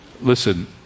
listen